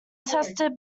tested